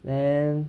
then